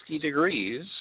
degrees